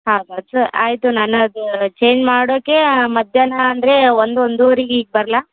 ಹೌದಾ ಸರ್ ಆಯಿತು ನಾನು ಅದು ಚೇಂಜ್ ಮಾಡೋಕೆ ಮಧ್ಯಾಹ್ನ ಅಂದರೆ ಒಂದು ಒಂದೂವರೆಗ್ ಈಗ ಬರ್ಲಾ